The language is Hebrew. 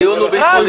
הדיון הוא ביטחוני.